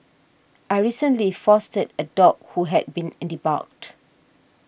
I recently fostered a dog who had been in debarked